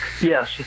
Yes